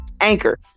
Anchor